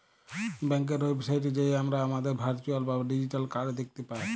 ব্যাংকের ওয়েবসাইটে যাঁয়ে আমরা আমাদের ভারচুয়াল বা ডিজিটাল কাড় দ্যাখতে পায়